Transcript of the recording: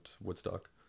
woodstock